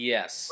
Yes